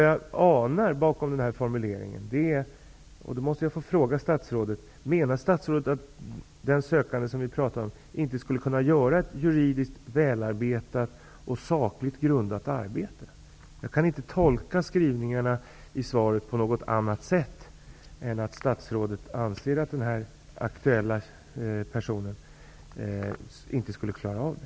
Jag vill då fråga: Menar statsrådet att den sökande som vi pratar om inte skulle kunna göra ett bra juridiskt och ett sakligt grundat arbete? Jag kan inte tolka skrivningarna i svaret på något annat sätt än att statsrådet anser att den aktuella personen inte skulle klara av det.